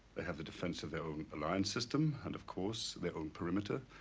they have the defense of their own alliance system and of course their own perimeter.